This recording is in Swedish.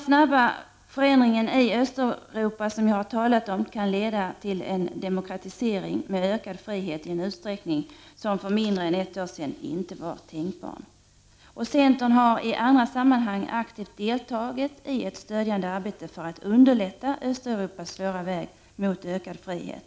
Den snabba förändringen i Östeuropa som jag har talat om kan leda till en demokratisering med ökad frihet i en utsträckning som för mindre än ett år sedan inte var tänkbar. Centern har i andra sammanhang aktivt deltagit i ett stödjande arbete i syfte att underlätta Östeuropas svåra väg mot ökad frihet.